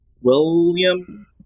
William